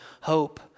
hope